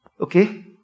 Okay